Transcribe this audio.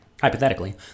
hypothetically